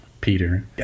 Peter